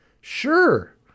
Sure